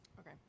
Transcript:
Okay